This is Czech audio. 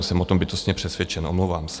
Jsem o tom bytostně přesvědčen, omlouvám se.